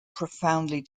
profoundly